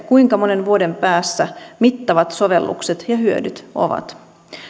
kuinka monen vuoden päässä mittavat sovellukset ja hyödyt ovat